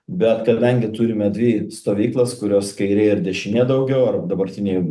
bet kadangi turime dvi stovyklas kurios kairė ir dešinė daugiau ar dabartinė